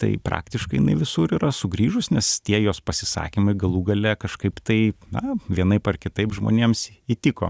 tai praktiškai jinai visur yra sugrįžus nes tie jos pasisakymai galų gale kažkaip tai na vienaip ar kitaip žmonėms įtiko